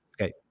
okay